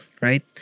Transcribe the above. Right